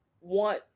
want